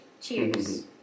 cheers